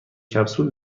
کپسول